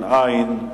התש"ע 2010,